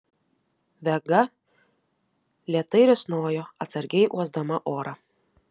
vega lėtai risnojo atsargiai uosdama orą